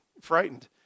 frightened